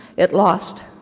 it lost,